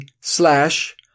slash